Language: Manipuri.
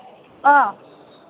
ꯑ